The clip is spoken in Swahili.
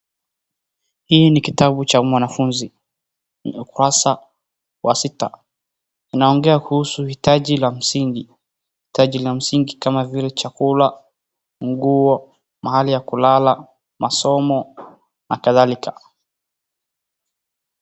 Hii ni kitabu cha mwanafunzi ni ukurasa wa sita inaongea kuhusu hitaji la msingi hitaji la msingi kama vile chakula nguo mahali ya kulala masomo na kadhalika.